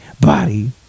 body